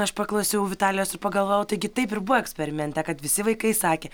aš paklausiau vitalijos ir pagalvojau taigi taip ir buvo eksperimente kad visi vaikai sakė